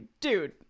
dude